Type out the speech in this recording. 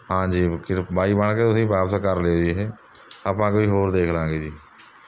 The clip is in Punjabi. ਹਾਂਜੀ ਫਿਰ ਬਾਈ ਬਣ ਕੇ ਤੁਸੀਂ ਵਾਪਸ ਕਰ ਲਿਓ ਜੀ ਇਹ ਆਪਾਂ ਕੋਈ ਹੋਰ ਦੇਖ ਲਵਾਂਗੇ ਜੀ